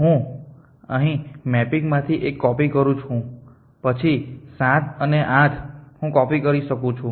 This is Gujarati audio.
હું અહીં મેપિંગમાંથી 1 કોપી કરું છું પછી 7 અને 8 હું કોપી કરી શકું છું